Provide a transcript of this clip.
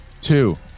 two